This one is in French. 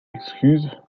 excuse